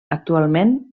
actualment